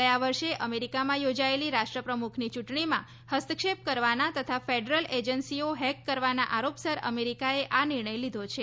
ગયા વર્ષે અમેરિકામાં યોજાયેલી રાષ્ટ્રપ્રમુખની યૂંટણીમાં ફસ્તક્ષેપ કરવાના તથા ફેડરલ એજન્સીઓ હેક કરવાના આરોપસર અમેરિકાએ આ નિર્ણય લીધો છે